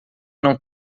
não